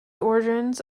origins